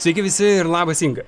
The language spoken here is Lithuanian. sveiki visi ir labas inga